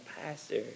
pastor